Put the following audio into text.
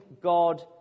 God